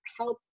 help